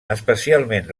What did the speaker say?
especialment